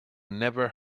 never